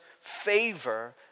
favor